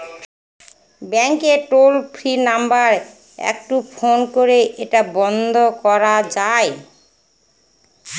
ব্যাংকের toll free number একটু phone করে এটা বন্ধ করা যায়?